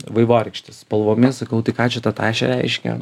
vaivorykštės spalvomis sakau tai ką čia tą tašė reiškia